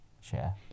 share